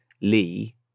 Lee